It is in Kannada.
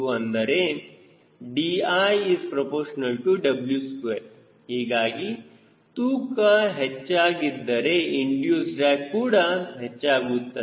ಅಂದರೆ 𝐷i ∝ 𝑊2 ಹೀಗಾಗಿ ತೂಕ ಹೆಚ್ಚಾಗಿದ್ದರೆ ಇಂಡಿಯೂಸ್ ಡ್ರ್ಯಾಗ್ ಕೂಡ ಹೆಚ್ಚಾಗಿರುತ್ತದೆ